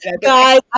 guys